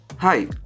Hi